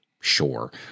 Sure